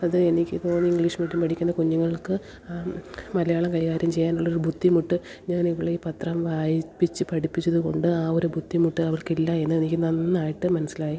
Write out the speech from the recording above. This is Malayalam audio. അത് എനിക്ക് തോന്നുന്നു ഇംഗ്ലീഷ് മീഡിയം പഠിക്കുന്ന കുഞ്ഞുങ്ങൾക്ക് ആ മലയാളം കൈകാര്യം ചെയ്യാനുള്ളൊരു ബുദ്ധിമുട്ട് ഞാനിവളെ ഈ പത്രം വായിപ്പിച്ച് പഠിപ്പിച്ചത് കൊണ്ട് ആ ഒരു ബുദ്ധിമുട്ട് അവൾക്കില്ല എന്നെനിക്ക് നന്നായിട്ട് മനസ്സിലായി